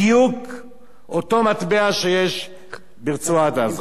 בדיוק אותו מטבע שיש ברצועת-עזה.